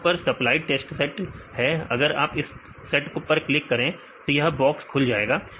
यहां पर यह सप्लाइड टेस्ट सेट है आप अगर इस सेट पर क्लिक करें तो यह बॉक्स खुल जाएगा